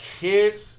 kids